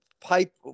pipe